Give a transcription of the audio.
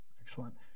Excellent